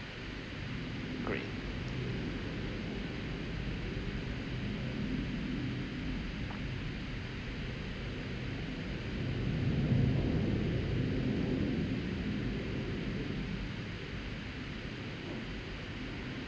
great